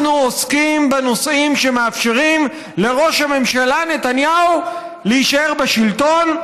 אנחנו עוסקים בנושאים שמאפשרים לראש הממשלה נתניהו להישאר בשלטון,